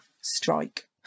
strike